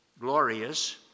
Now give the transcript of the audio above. glorious